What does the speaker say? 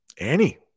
Annie